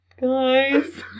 Guys